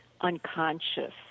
unconscious